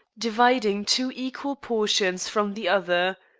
dividing two equal portions from the other.